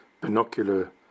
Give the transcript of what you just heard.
binocular